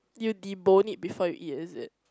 you debone it before you eat is it